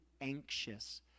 anxious